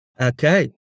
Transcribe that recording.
Okay